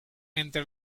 entre